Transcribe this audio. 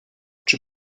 czy